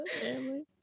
family